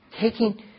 Taking